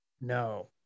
no